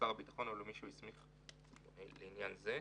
לשר הביטחון או למי שהוא הסמיך לעניין זה.